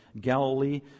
Galilee